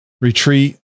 retreat